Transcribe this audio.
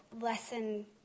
lesson